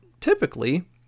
typically